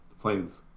planes